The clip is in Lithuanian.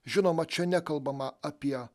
žinoma čia nekalbama apie